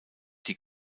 die